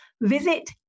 Visit